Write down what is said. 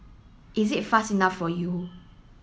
is it fast enough for you